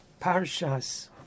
Parshas